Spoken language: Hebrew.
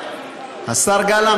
השר גלנט,